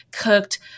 cooked